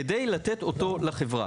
כדי לתת אותם לחברה.